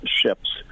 ships